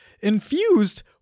Infused